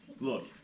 Look